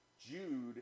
Jude